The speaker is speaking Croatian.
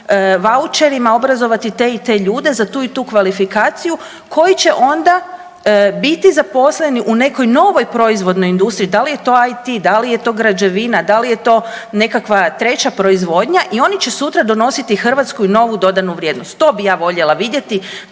vaučerima obrazovati te i te ljude za tu i tu kvalifikaciju koji će onda biti zaposleni u nekoj novoj proizvodnoj industriji, da li je to IT, da li je to građevina, da li je to nekakva treća proizvodnja i oni će sutra donositi Hrvatskoj novu dodanu vrijednost. To bi ja voljela vidjeti